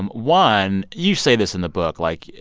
um one, you say this in the book, like,